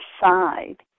side